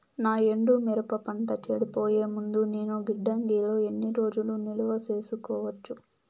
నా ఎండు మిరప పంట చెడిపోయే ముందు నేను గిడ్డంగి లో ఎన్ని రోజులు నిలువ సేసుకోవచ్చు?